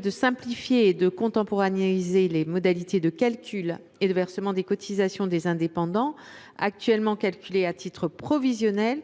de simplifier et de contemporanéiser les modalités de calcul et de versement des cotisations des indépendants, qui sont actuellement calculées à titre provisionnel